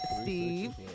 Steve